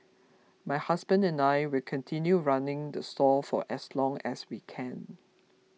my husband and I will continue running the stall for as long as we can